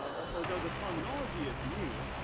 so although the terminology is new,